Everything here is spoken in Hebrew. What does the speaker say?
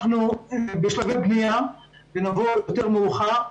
אנחנו בשלבי בנייה, ונבוא יותר מאוחר.